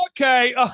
Okay